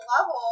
level